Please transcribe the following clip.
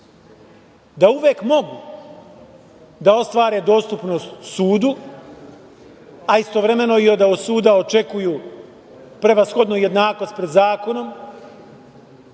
da uvek mogu da ostvare dostupnost sudu, a istovremeno i da od suda očekuju prevashodno jednakost pred zakonom